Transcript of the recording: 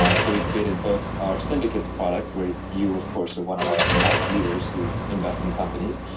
um so we created both our syndicate's product, where you of course are one of our top leaders who invest in companies,